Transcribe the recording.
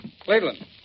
Cleveland